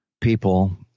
people